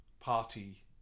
party